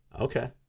Okay